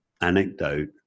anecdote